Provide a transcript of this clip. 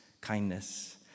kindness